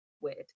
weird